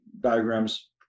diagrams